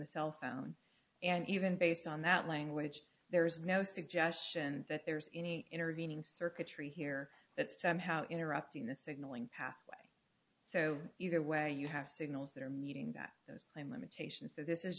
the cell phone and even based on that language there is no suggestion that there's any intervening circuitry here that somehow interrupting the signalling pathway so either way you have signals that are meeting that those limitations that this is